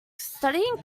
studying